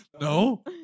No